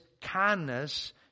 kindness